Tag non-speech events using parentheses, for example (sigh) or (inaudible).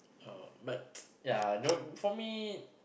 uh but (noise) ya the for me